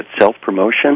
self-promotion